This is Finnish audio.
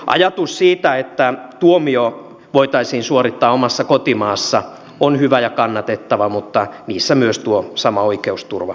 ajatus siitä että tuomio voitaisiin suorittaa omassa kotimaassa on hyvä ja kannatettava mutta niissä on myös tuo sama oikeusturvakysymys